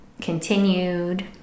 continued